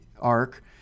ARC